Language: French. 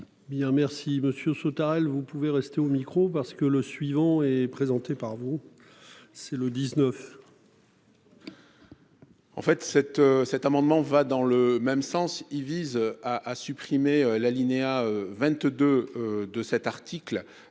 merci Monsieur Sautarel, vous pouvez rester au micro parce que le suivant et présenté par vous. C'est le 19.-- En fait cet, cet amendement va dans le même sens. Il vise à supprimer l'alinéa 22 de cet article.